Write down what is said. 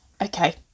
okay